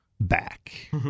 back